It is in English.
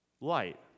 light